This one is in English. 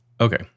Okay